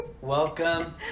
Welcome